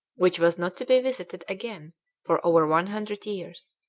which was not to be visited again for over one hundred years,